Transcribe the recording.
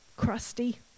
crusty